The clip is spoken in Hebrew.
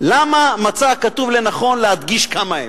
למה מצא הכתוב לנכון להדגיש כמה הם,